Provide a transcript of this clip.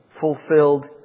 fulfilled